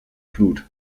blut